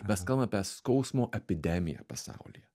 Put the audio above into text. mes kalbam apie skausmo epidemiją pasaulyje